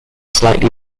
slightly